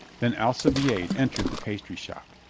then alcibiade entered the pastry shop.